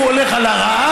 אם הוא הולך על הרעה,